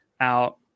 out